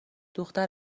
دختر